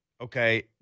Okay